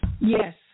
Yes